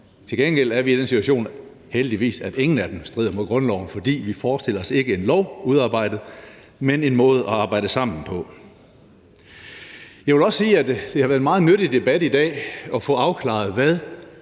Til gengæld er vi i den situation – heldigvis – at ingen af dem strider mod grundloven, for vi forestiller os ikke en lov udarbejdet, men en måde at arbejde sammen på. Jeg vil også sige, at det har været en meget nyttig debat i dag med hensyn til at